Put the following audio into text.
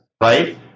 right